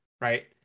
right